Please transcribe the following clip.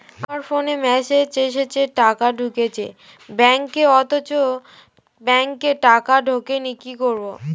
আমার ফোনে মেসেজ এসেছে টাকা ঢুকেছে ব্যাঙ্কে অথচ ব্যাংকে টাকা ঢোকেনি কি করবো?